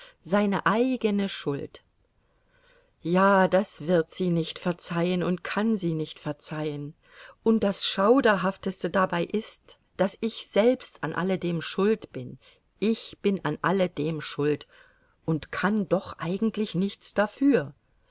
seine eigene schuld ja das wird sie nicht verzeihen und kann sie nicht verzeihen und das schauderhafteste dabei ist daß ich selbst an alledem schuld bin ich bin an alledem schuld und kann doch eigentlich nichts dafür